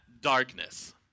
darkness